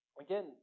again